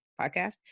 podcast